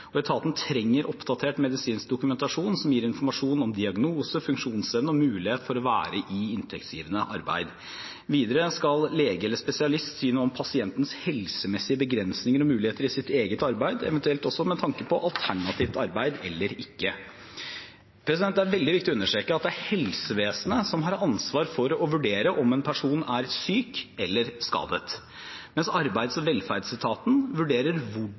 Etaten trenger oppdatert medisinsk dokumentasjon som gir informasjon om diagnose, funksjonsevne og mulighet for å være i inntektsgivende arbeid. Videre skal lege eller spesialist si noe om pasientens helsemessige begrensninger og muligheter i sitt eget arbeid, eventuelt også med tanke på alternativt arbeid eller ikke. Det er veldig viktig å understreke at det er helsevesenet som har ansvar for å vurdere om en person er syk eller skadet, mens arbeids- og velferdsetaten vurderer